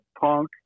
punk